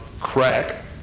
crack